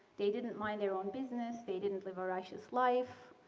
they didn't mind their own business. they didn't live a righteous life.